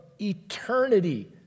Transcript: eternity